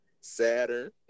Saturn